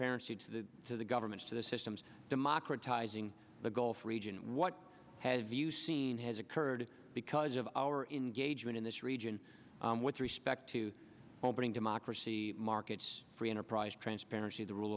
transparency to the to the government to the systems democratizing the gulf region and what have you seen has occurred because of our engagement in this region with respect to opening democracy markets free enterprise transparency the rule